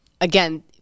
again